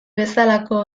bezalako